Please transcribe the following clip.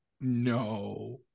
No